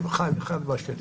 הם חיים אחד עם השני.